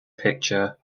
picture